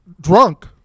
drunk